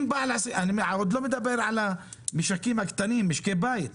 אני עוד לא מדבר על משקי הבית הקטנים.